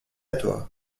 toi